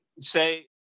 say